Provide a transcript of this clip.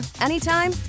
anytime